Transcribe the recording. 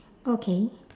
okay